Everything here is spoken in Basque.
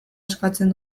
eskatzen